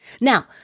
Now